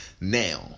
Now